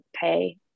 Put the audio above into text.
pay